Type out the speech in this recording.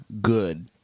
good